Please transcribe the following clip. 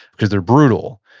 cause they're brutal.